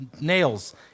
nails